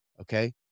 Okay